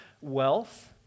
wealth